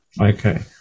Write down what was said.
Okay